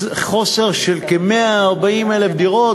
חוסר של כ-140,000 דירות,